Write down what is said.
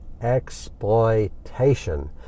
exploitation